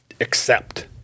accept